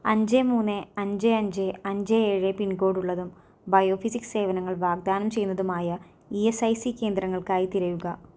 അഞ്ച് മൂന്ന് അഞ്ച് അഞ്ച് അഞ്ച് ഏഴ് പിൻകോഡ് ഉള്ളതും ബയോഫിസിക്സ് സേവനങ്ങൾ വാഗ്ദാനം ചെയ്യുന്നതുമായ ഇ എസ്സി ഐ സി കേന്ദ്രങ്ങൾക്കായി തിരയുക